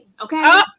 Okay